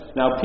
Now